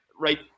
right